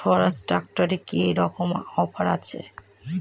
স্বরাজ ট্র্যাক্টরে কি রকম অফার আছে?